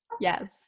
Yes